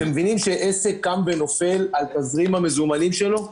אתם מבינים שעסק קם ונופל על תזרים המזומנים שלו?